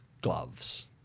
gloves